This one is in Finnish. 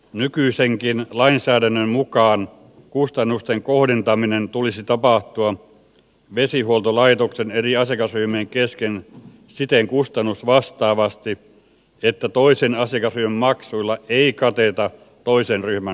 nykyisenkin lainsäädännön mukaan kustannusten kohdentamisen tulisi tapahtua vesihuoltolaitoksen eri asiakasryhmien kesken siten kustannusvastaavasti että toisen asiakasryhmän maksuilla ei kateta toisen ryhmän kustannuksia